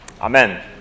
Amen